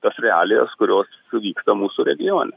tos realijos kurios vyksta mūsų regione